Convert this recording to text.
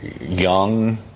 young